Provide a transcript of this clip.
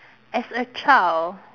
as a child